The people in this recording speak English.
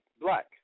black